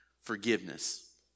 forgiveness